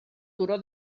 turó